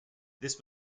this